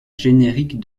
générique